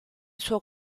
suo